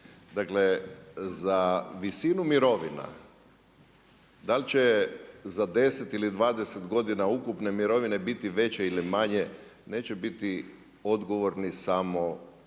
Dakle, za visinu mirovina da li će za 10 ili 20 godina ukupne mirovine biti veće ili manje, neće biti odgovorni samo obvezni